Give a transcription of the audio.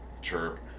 Chirp